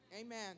Amen